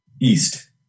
East